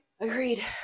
Agreed